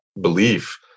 belief